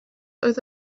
oedd